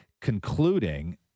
concluding